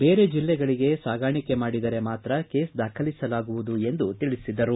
ಬೇರೆ ಜಿಲ್ಲೆಗಳಿಗೆ ಸಾಗಾಣಿಕೆ ಮಾಡಿದರೆ ಮಾತ್ರ ಕೇಸ್ ದಾಖಲಿಸಲಾಗುವುದೆಂದು ತಿಳಿಸಿದರು